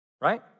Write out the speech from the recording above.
right